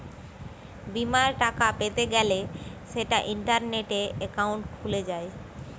বিমার টাকা পেতে গ্যলে সেটা ইন্টারনেটে একাউন্ট খুলে যায়